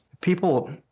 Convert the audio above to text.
People